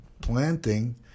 planting